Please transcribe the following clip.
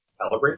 Calibrate